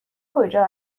کجا